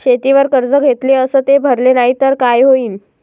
शेतीवर कर्ज घेतले अस ते भरले नाही तर काय होईन?